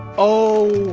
oh.